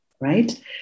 right